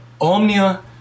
omnia